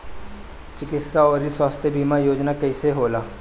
चिकित्सा आऊर स्वास्थ्य बीमा योजना कैसे होला?